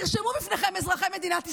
תרשמו בפניכם, אזרחי מדינת ישראל: